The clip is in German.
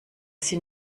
sie